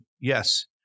Yes